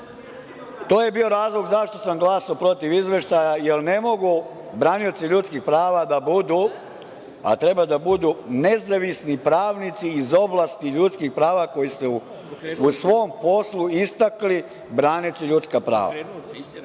je bio razlog zašto sam glasao protiv izveštaja, jer ne mogu branioci ljudskih prava da budu, a treba da budu nezavisni pravnici iz oblasti ljudskih prava koji su se u svom poslu istakli braneći ljudska prava.